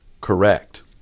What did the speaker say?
correct